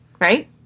right